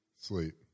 Sleep